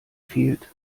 fehlt